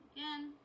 Again